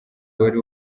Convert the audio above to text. wari